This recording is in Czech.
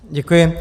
Děkuji.